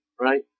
right